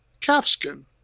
calfskin